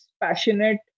passionate